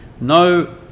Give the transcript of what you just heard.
no